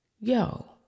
yo